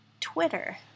Twitter